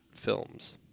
Films